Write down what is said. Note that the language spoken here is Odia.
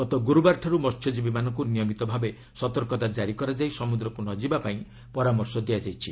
ଗତ ଗୁରୁବାରଠାରୁ ମହ୍ୟଜୀବୀମାନଙ୍କୁ ନିୟମିତ ଭାବେ ସତର୍କତା ଜାରି କରାଯାଇ ସମୁଦ୍ରକୁ ନ ଯିବାପାଇଁ ପରାମର୍ଶ ଦିଆଯାଇଛି